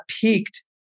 peaked